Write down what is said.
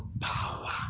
power